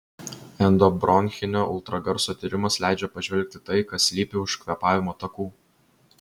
endobronchinio ultragarso tyrimas leidžia pažvelgti į tai kas slypi už kvėpavimo takų